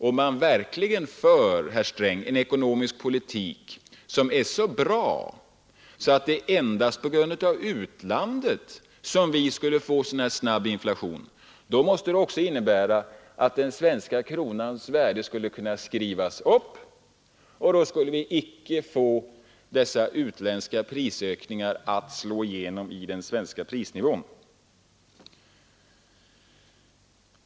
Om man verkligen för, herr Sträng, en ekonomisk politik som är så bra att det endast beror på utlandet att vi får en snabb inflation måste det innebära att den svenska kronans värde skulle kunna skrivas upp. Då skulle vi icke få dessa utländska prisökningar att slå igenom i den svenska prisnivån.